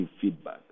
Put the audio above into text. feedback